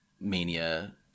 Mania